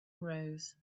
rose